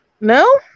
No